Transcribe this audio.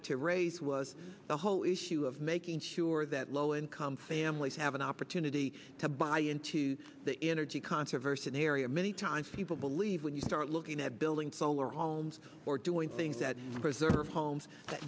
d to raise was the whole issue of making sure that low income families have an opportunity to buy into the energy controversy an area many times people believe when you start looking at building solar homes or doing things that preserve homes that